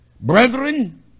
Brethren